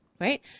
Right